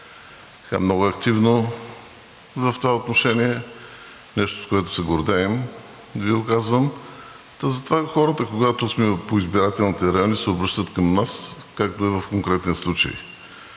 много активно в това отношение, нещо, с което се гордеем, Ви го казвам. Затова хората, когато сме по избирателните райони, се обръщат към нас, както е в конкретния случай.